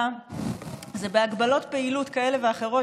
היא בהגבלות של פעילות כאלה ואחרות,